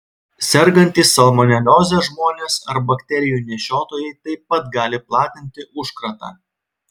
sergantys salmonelioze žmonės ar bakterijų nešiotojai taip pat gali platinti užkratą